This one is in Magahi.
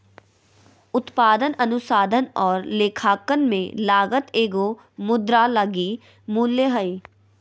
उत्पादन अनुसंधान और लेखांकन में लागत एगो मुद्रा लगी मूल्य हइ